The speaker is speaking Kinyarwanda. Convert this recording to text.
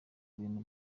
ibintu